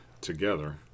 together